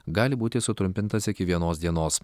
gali būti sutrumpintas iki vienos dienos